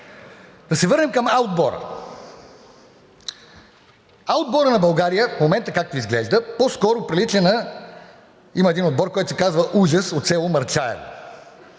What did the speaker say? Да се върнем към А отбора. А отборът на България в момента, както изглежда, по-скоро прилича на… Има един отбор, който се казва „Ужас“ от село Мърчаево,